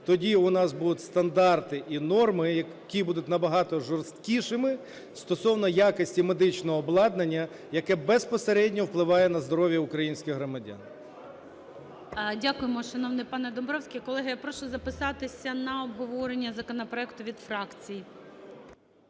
тоді у нас будуть стандарти і норми, які будуть набагато жорсткішими стосовно якості медичного обладнання, яке безпосередньо впливає на здоров'я українських громадян. ГОЛОВУЮЧИЙ. Дякуємо, шановний пане Домбровський. Колеги, я прошу записатися на обговорення законопроекту від фракцій.